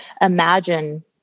imagine